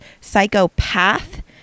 Psychopath